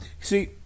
See